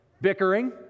bickering